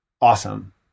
awesome